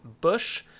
Bush